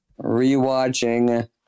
rewatching